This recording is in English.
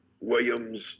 Williams